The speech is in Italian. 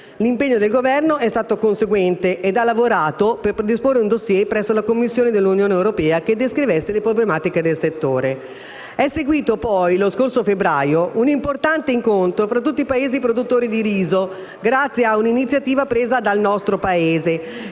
L'impegno del Governo è stato conseguente e ha portato a predisporre un *dossier* presso la Commissione dell'Unione europea che descrive le problematiche del settore. È seguito, poi, lo scorso febbraio, un importante incontro tra tutti i Paesi produttori di riso, grazie a un'iniziativa presa dal nostro Paese,